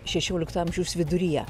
šešiolikto amžiaus viduryje